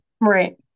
Right